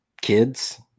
kids